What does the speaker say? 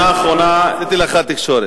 עשיתי לך תקשורת.